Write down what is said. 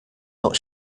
not